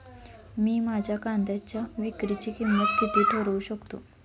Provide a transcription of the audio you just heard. मी माझ्या कांद्यांच्या विक्रीची किंमत किती ठरवू शकतो?